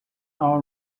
all